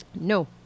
No